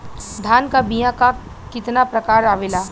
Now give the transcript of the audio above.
धान क बीया क कितना प्रकार आवेला?